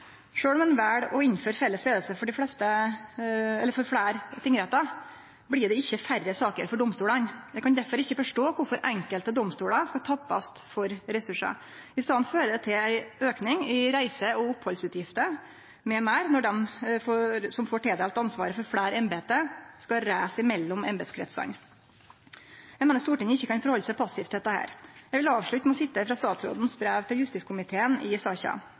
om ein vel å innføre felles leiing for fleire tingrettar, blir det ikkje færre saker for domstolane. Eg kan derfor ikkje forstå kvifor enkelte domstolar skal tappast for ressursar. I staden fører det til ein auke i reise- og opphaldsutgifter m.m. når dei som får tildelt ansvaret for fleire embete, skal reise mellom embetskretsane. Eg meiner Stortinget ikkje kan stille seg passivt til dette. Eg vil avslutte med å sitere fra statsrådens brev til justiskomiteen i saka: